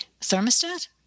thermostat